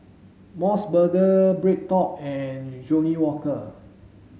MOS burger BreadTalk and Johnnie Walker